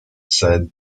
said